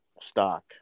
stock